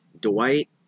Dwight